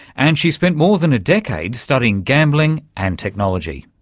and she's spent more than a decade studying gambling and technology.